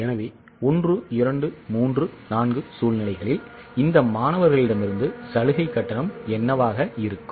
எனவே 1 2 3 4 சூழ்நிலைகளில் இந்த மாணவர்களிடமிருந்து சலுகை கட்டணம் என்னவாக இருக்கும்